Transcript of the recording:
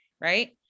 right